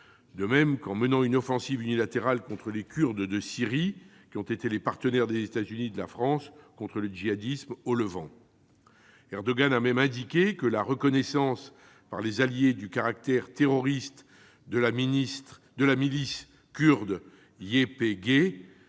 Poutine et en menant une offensive unilatérale contre les Kurdes de Syrie, partenaires des États-Unis et de la France contre le djihadisme au Levant. Erdogan a même indiqué que la reconnaissance, par les alliés, du caractère terroriste de la milice kurde YPG